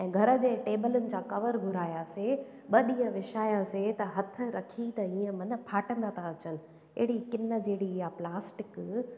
ऐं घर जे टेबलनि जा कवर घुरायासीं ॿ ॾींहं विछायासीं हथु रखी त ईअं माना फाटंदा त अचनि अहिड़ी किनि जहिड़ी इहा प्लास्टिक